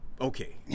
Okay